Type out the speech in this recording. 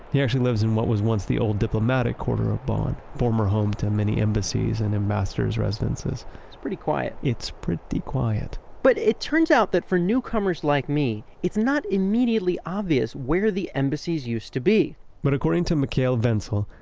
he actually lives in what was once the old diplomatic quarter of bonn, former home to many embassies and ambassadors residences it's pretty quiet it's pretty quiet but it turns out that for newcomers like me, it's not immediately obvious where the embassies used to be but according to michael wenzel,